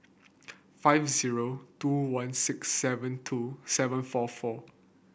five zero two one six seven two seven four four